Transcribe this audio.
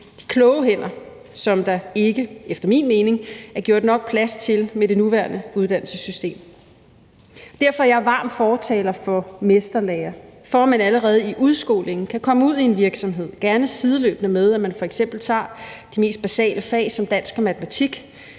de kloge hænder, som der ikke efter min mening er gjort nok plads til i det nuværende uddannelsessystem. Derfor er jeg varm fortaler for mesterlære, for at man allerede i udskolingen kan komme ud i en virksomhed – gerne sideløbende med, at man f.eks. tager de mest basale fag som dansk og matematik.